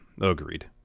Agreed